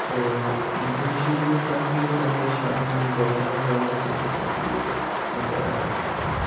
তো ইন্টার্নশিপে চাকরি ও চাহিদা স্বাধীন গবেষণাও করা হচ্ছে যে চাকরির ব্যাপারে আর কিছু